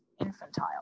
infantile